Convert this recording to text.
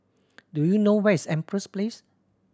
do you know where is Empress Place